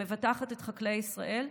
המבטחת את חקלאי ישראל,